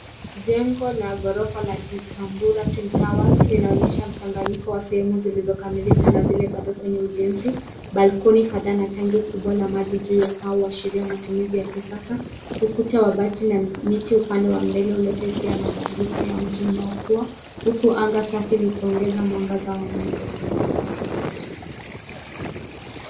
Jengo la ghorofa la Gikambura Twin Towers linaonyesha mchanganyiko wa sehemu zilizokamilika na zile bado kwenye ujenzi, balcony kadhaa na tangi kubwa la maji juu ya paa huashiria matumizi ya kisasa, ukuta wa bati na miti upande wa mbele huleta hisia ya mabadiliko wa mji unaokua huku anga safi likiongeza mwangaza wa maendeleo.